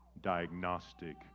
diagnostic